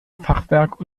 fachwerk